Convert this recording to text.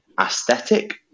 Aesthetic